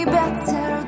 better